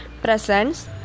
presents